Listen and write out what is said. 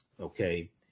Okay